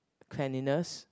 cleanliness